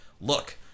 look